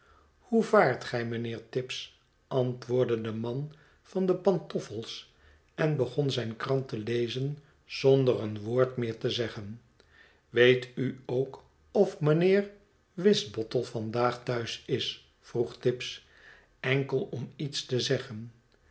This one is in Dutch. hoe vaart gij mynheer tibbs antwoordde de man van de pantoffels en begon zijn krant te lezen zonder een woord meer te zeggen weet u ook of mijnheer wisbottle vandaag thuis is vroeg tibbs enkel om iets te zeggen